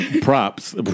Props